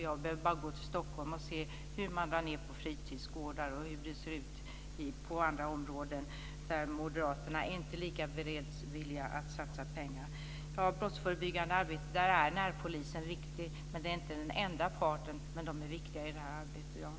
Jag behöver bara gå till Stockholm för att se hur man drar ned på fritidsgårdar och hur det ser ut på andra områden där Moderaterna inte är lika beredvilliga att satsa pengar. Närpolisen är viktig i det brottsförebyggande arbetet, men det är inte den enda parten.